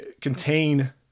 contain